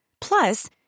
Plus